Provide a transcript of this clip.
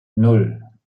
nan